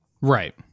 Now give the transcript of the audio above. Right